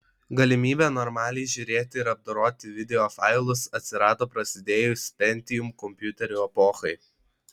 galimybė normaliai žiūrėti ir apdoroti videofailus atsirado prasidėjus pentium kompiuterių epochai